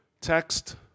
text